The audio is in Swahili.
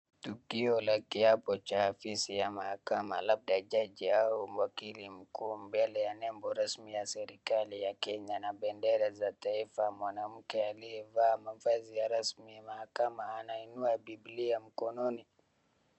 Tukio la kiapo la afisi ya mahakama labda jaji au wakili mkuu mbele ya nebo rasmi ya serikali ya Kenya na bendera za taifa. Mwanamke aliyevaa mavazi ya rasmi ya mahakama anainua bibilia mkononi.